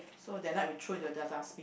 so that night we throw it into their dustbin